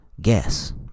guess